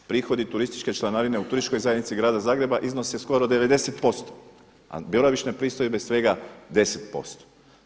Prihodi turističke članarine u Turističkoj zajednici Grada Zagreba iznosi skoro 90 posto, a boravišne pristojbe svega 10 posto.